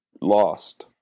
lost